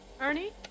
Ernie